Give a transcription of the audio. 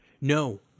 No